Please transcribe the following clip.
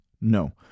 No